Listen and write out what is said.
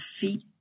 feet